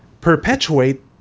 perpetuate